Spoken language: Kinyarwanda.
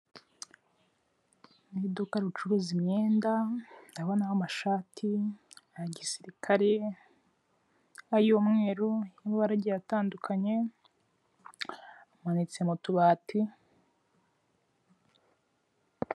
Uruduka rucuruza imyenda ndabonamo amashati, aya gisirikare, ay'umweru, amabara agiye atandukanye, amanitse mu tubati.